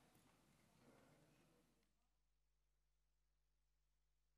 (הישיבה נפסקה בשעה 23:33